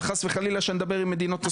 וחס וחלילה שנדבר עם מדניות נוספות.